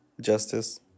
justice